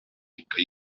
ikka